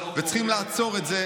וצריכים לעצור את זה.